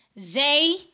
Zay